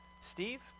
Steve